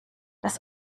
das